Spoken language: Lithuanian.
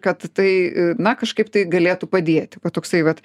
kad tai na kažkaip tai galėtų padėti va toksai vat